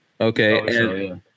Okay